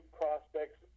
prospects